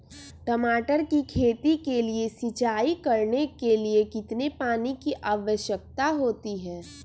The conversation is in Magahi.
टमाटर की खेती के लिए सिंचाई करने के लिए कितने पानी की आवश्यकता होती है?